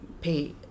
pay